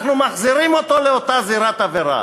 אנחנו מחזירים אותו לאותה זירת עבירה,